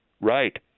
Right